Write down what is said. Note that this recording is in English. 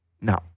No